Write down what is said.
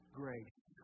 grace